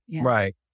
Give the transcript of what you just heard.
Right